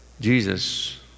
Jesus